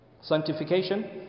Sanctification